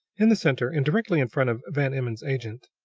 in the center, and directly in front of van emmon's agent,